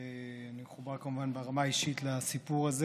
ואני מחובר כמובן ברמה האישית לסיפור הזה.